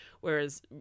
whereas